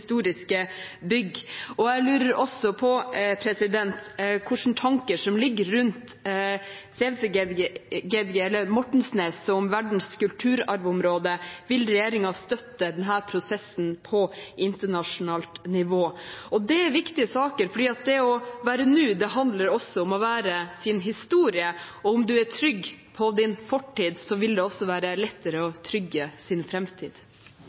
bygg? Jeg lurer også på hvilke tanker som ligger rundt Ceavccageaðgi, eller Mortensnes, som verdens kulturarvområde. Vil regjeringen støtte denne prosessen på internasjonalt nivå? Det er viktige saker, for det å være nå handler også om å være sin historie, og om en er trygg på sin fortid, vil det også være lettere å trygge sin